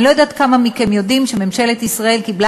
אני לא יודעת כמה מכם יודעים שממשלת ישראל קיבלה